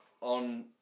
on